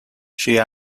she